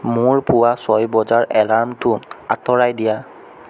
মোৰ পুৱা ছয় বজাৰ এলাৰ্মটো আঁতৰাই দিয়া